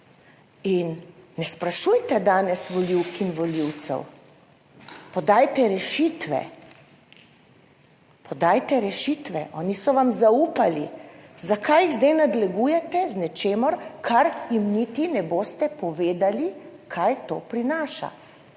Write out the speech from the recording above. in ne sprašujte danes volivk in volivcev. Podajte rešitve. Oni so vam zaupali. Zakaj jih zdaj nadlegujete z ničemer, kar jim niti ne boste povedali, kaj to prinaša?